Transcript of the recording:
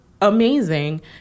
amazing